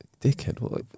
dickhead